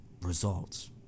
results